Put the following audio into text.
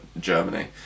Germany